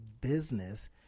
business